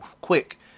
quick